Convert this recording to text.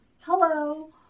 hello